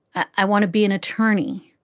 i want to be an attorney.